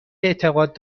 اعتقاد